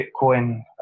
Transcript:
Bitcoin